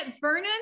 Vernon